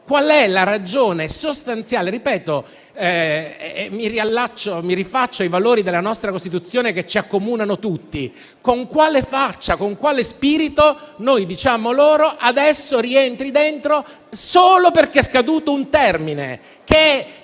qual è la ragione sostanziale di una tale scelta. Mi rifaccio ai valori della nostra Costituzione, che ci accomunano tutti. Con quale faccia e con quale spirito diciamo loro di rientrare in carcere solo perché è scaduto un termine?